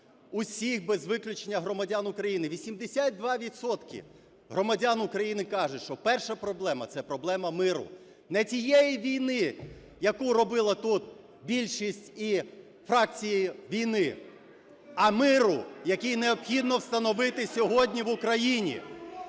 всіх без виключення громадян України, 82 відсотки громадян України кажуть, що перша проблема – це проблема миру. Не цієї війни, яку робила тут більшість і фракції війни, а миру, який необхідно встановити сьогодні в Україні.